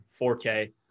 4K